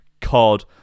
cod